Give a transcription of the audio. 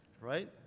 right